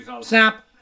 Snap